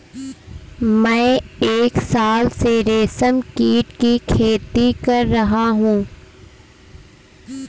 मैं एक साल से रेशमकीट की खेती कर रहा हूँ